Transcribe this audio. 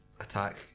attack